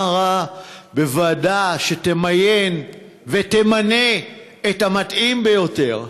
מה רע בוועדה שתמיין ותמנה את המתאים ביותר?